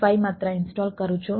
5 માત્રા ઇન્સ્ટોલ કરું છું